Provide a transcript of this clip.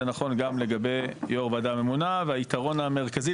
זה נכון גם לגבי יו"ר ועדה ממונה והיתרון המרכזי